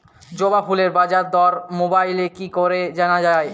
জবা ফুলের বাজার দর মোবাইলে কি করে জানা যায়?